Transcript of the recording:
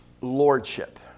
Lordship